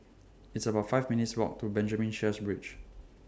It's about five minutes' Walk to Benjamin Sheares Bridge